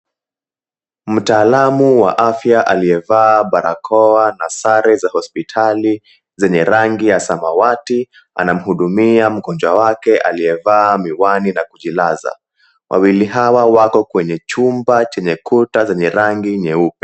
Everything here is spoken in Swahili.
Mtaalamu wa afya aliyevaa barakoa na sare za hospitali zenye rangi ya samawati, anamhudumia mgonjwa wake aliyevaa miwani na kujilaza. Wawili hawa wako kwenye chumba chenye kuta zenye rangi nyeupe.